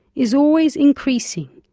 is always increasing.